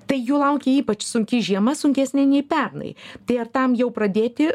tai jų laukia ypač sunki žiema sunkesnė nei pernai tai ar tam jau pradėti